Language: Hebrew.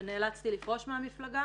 ונאלצתי לפרוש מהמפלגה.